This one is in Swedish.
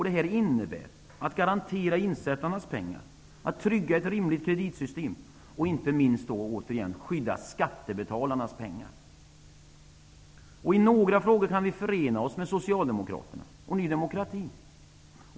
Det innebär att vi vill garantera insättarnas pengar, trygga ett rimligt kreditsystem och inte minst skydda skattebetalarnas pengar. I några frågor kan vi förena oss med Socialdemokraterna och Ny demokrati.